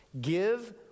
give